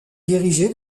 dirigé